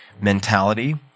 mentality